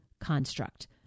construct